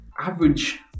Average